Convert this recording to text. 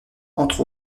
entre